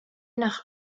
nach